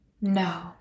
No